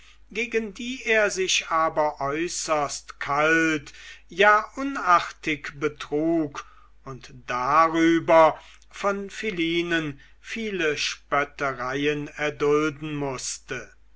gegen die er sich aber äußerst kalt ja unartig betrug und darüber von philinen viele spöttereien erdulden mußte